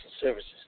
services